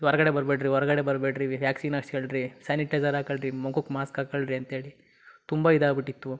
ಹೊರ್ಗಡೆ ಬರಬೇಡ್ರಿ ಹೊರ್ಗಡೆ ಬರಬೇಡ್ರಿ ವ್ಯಾಕ್ಸಿನ್ ಹಾಕ್ಸ್ಗಳ್ರಿ ಸ್ಯಾನಿಟೈಜರ್ ಹಾಕ್ಕೊಳ್ರಿ ಮುಖಕ್ಕ್ ಮಾಸ್ಕ್ ಹಾಕ್ಕೊಳ್ರಿ ಅಂತೇಳಿ ತುಂಬ ಇದಾಗಿಬಿಟ್ಟಿತ್ತು